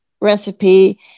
recipe